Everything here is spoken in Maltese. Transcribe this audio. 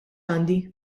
għandi